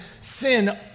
sin